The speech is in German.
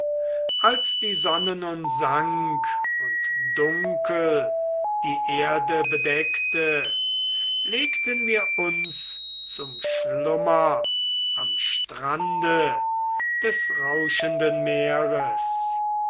als die sonne nun sank und dunkel die erde bedeckte legten wir uns zum schlummer am strande des rauschenden meeres